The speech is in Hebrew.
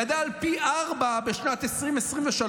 גנבות הרכב גדלו פי ארבעה בשנת 2023,